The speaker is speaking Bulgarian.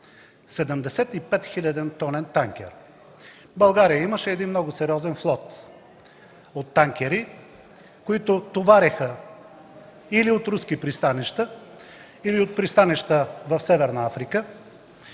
хиляди тонен танкер. България имаше много сериозен флот от танкери, които товареха или от руски пристанища, или от пристанища в Северна Африка.